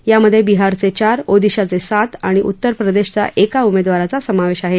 यामध्ये बिहारचे चार ओदिशाचे सात आणि उत्तर प्रदेशच्या एका उमेदवाराचा समावेश आहे